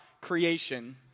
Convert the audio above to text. creation